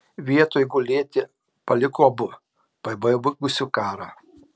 vietoj gulėti paliko abu pabaigusiu karą